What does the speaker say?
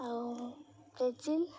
ଆଉ ବ୍ରାଜିଲ